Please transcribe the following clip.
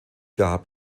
gab